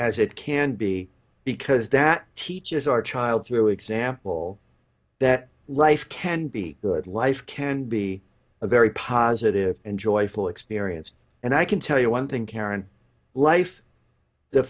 as it can be because that teaches our child through example that life can be good life can be a very positive and joyful experience and i can tell you one thing karen life the